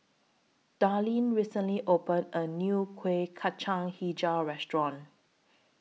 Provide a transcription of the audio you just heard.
Darleen recently opened A New Kueh Kacang Hijau Restaurant